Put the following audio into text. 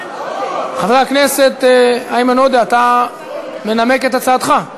חבר הכנסת איימן עודה, אתה מנמק את הצעתך?